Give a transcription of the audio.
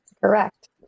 correct